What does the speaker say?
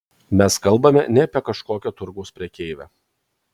mes kalbame ne apie kažkokią turgaus prekeivę